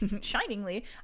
shiningly